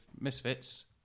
misfits